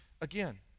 again